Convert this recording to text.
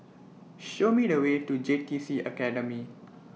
Show Me The Way to J T C Academy